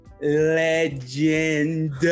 legend